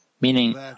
meaning